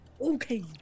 Okay